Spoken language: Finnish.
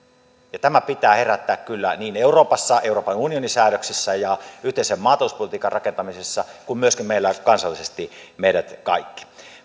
tämän pitää herättää kyllä niin euroopassa euroopan unionin säädöksissä ja yhteisen maatalouspolitiikan rakentamisessa kuin myöskin meillä kansallisesti meidät kaikki